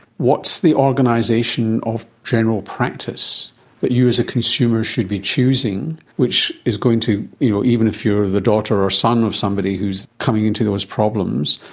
what's the organisation of general practice that you as a consumer should be choosing which is going to, you know even if you are the daughter or the son of somebody who is coming into those problems,